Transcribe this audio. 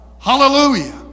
Hallelujah